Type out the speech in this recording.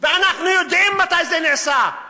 ואנחנו יודעים מתי זה נעשה,